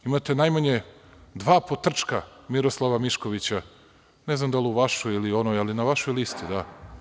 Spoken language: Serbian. Imate najmanje dva potrčka Miroslava Miškovića, ne znam da li u vašoj ili onoj, ali na vašoj listi, da.